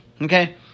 Okay